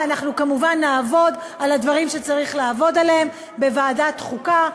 וכמובן נעבוד על הדברים שצריך לעבוד עליהם בוועדת החוקה,